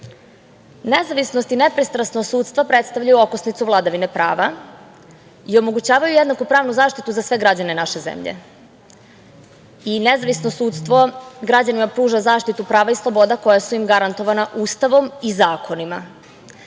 funkciju. Nezavisnost i nepristrasnost sudstva predstavljaju okosnicu vladavine prava i omogućavaju jednaku pravnu zaštitu za sve građane naše zemlje. Nezavisno sudstvo građanima pruža zaštitu prava i sloboda koja su im garantovana Ustavom i zakonima